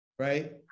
right